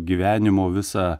gyvenimo visą